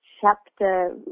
chapter